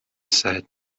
said